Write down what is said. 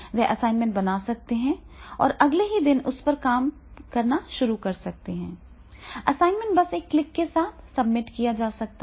वे assignment बना सकते हैं और अगले ही दिन उस पर काम करना शुरू कर सकते हैं असाइनमेंट बस एक क्लिक के साथ सबमिट किया जा सकता है